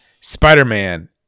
Spider-Man